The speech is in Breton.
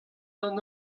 d’an